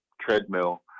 treadmill